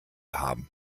haben